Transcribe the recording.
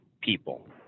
people